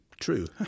true